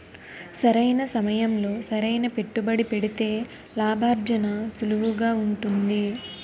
సరైన సమయంలో సరైన పెట్టుబడి పెడితే లాభార్జన సులువుగా ఉంటుంది